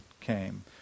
came